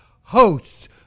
hosts